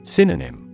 Synonym